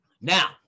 Now